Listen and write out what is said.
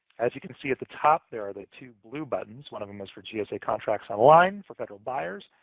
as you can see, at the top, there are the two blue buttons. one of them is for gsa contracts online for federal buyers.